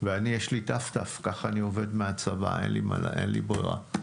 ולי יש ת"ת, ככה אני עובד מהצבא, אין לי ברירה.